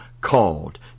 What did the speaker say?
called